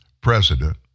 president